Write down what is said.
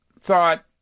thought